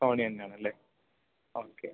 Sony തന്നെ ആണല്ലെ okay